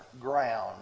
ground